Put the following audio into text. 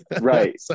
right